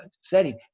setting